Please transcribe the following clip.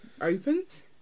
opens